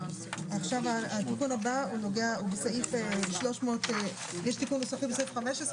יש תיקון נוסף בסעיף (15),